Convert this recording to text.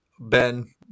Ben